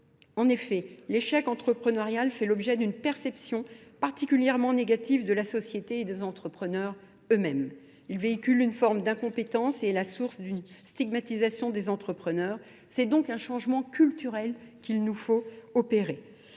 En effet, l'échec entrepreneurial fait l'objet d'une perception particulièrement négative de la société et des entrepreneurs eux-mêmes. Il véhicule une forme d'incompétence et est la source d'une stigmatisation des entrepreneurs. C'est donc un changement culturel qu'il nous faut opérer.